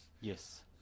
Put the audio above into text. Yes